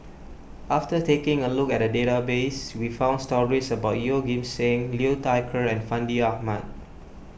after taking a look at the database we found stories about Yeoh Ghim Seng Liu Thai Ker and Fandi Ahmad